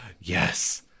Yes